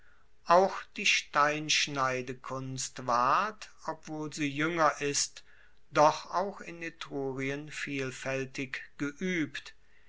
auch die steinschneidekunst ward obwohl sie juenger ist doch auch in etrurien vielfaeltig geuebt